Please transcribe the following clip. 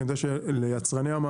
כי אני יודע שליצרני המעליות,